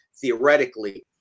theoretically –